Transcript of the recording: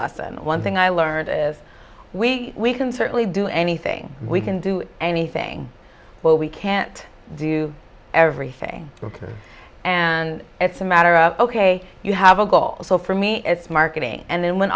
lesson one thing i learned as we can certainly do anything we can do anything but we can't do everything ok and it's a matter of ok you have a goal so for me it's marketing and then when